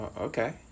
Okay